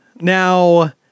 Now